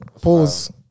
Pause